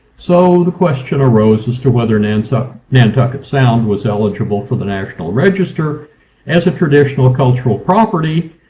so the question arose as to whether nantucket nantucket sound was eligible for the national register as a traditional cultural property.